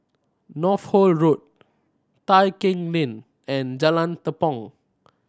Northolt Road Tai Keng Lane and Jalan Tepong